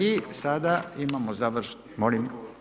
I sada imamo … [[Upadica se ne čuje.]] Molim?